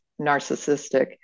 narcissistic